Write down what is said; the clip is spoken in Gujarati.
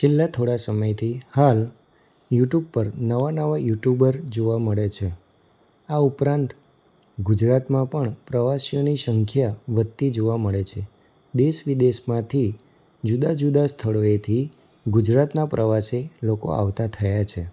છેલ્લા થોડા સમયથી હાલ યુટુબ પર નવા નવા યુટુબર જોવા મળે છે આ ઉપરાંત ગુજરાતમાં પણ પ્રવાસીઓની સંખ્યા વધતી જોવા મળે છે દેશ વિદેશમાંથી જુદાં જુદાં સ્થળોએથી ગુજરાતના પ્રવાસે લોકો આવતા થયા છે